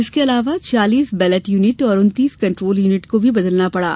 इसके अलावा छियालीस बैलेट यूनिट और उन्तीस कंट्रोल यूनिट को भी बदलना पड़ा